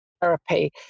therapy